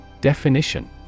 Definition